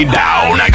down